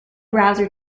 browser